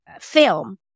film